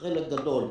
חלק גדול,